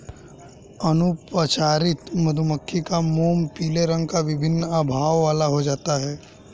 अनुपचारित मधुमक्खी का मोम पीले रंग की विभिन्न आभाओं वाला हो जाता है